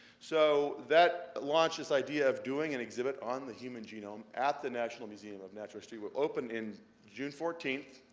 so that launched this idea of doing an exhibit on the human genome at the natural museum of natural history. it will open in june fourteenth,